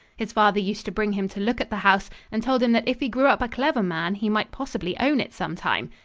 his father used to bring him to look at the house and told him that if he grew up a clever man, he might possibly own it some time.